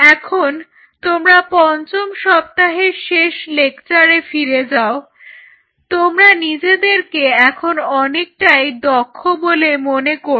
এখন তোমরা পঞ্চম সপ্তাহের শেষ লেকচারে ফিরে যাও তোমরা নিজেদেরকে এখন অনেকটাই দক্ষ বলে মনে করবে